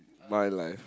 my life